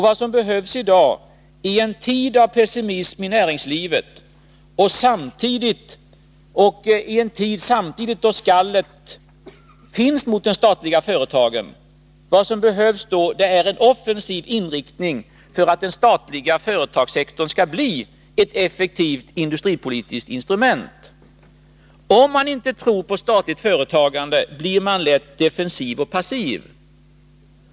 Vad som behövs i dag — i en tid av pessimism i näringslivet och i en tid då det samtidigt förekommer ett skall mot de statliga företagen — är en offensiv inriktning för att den statliga företagssektorn skall bli ett effektivt industripolitiskt instrument. Om man inte tror på statligt företagande, blir man lätt defensiv och passiv.